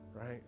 right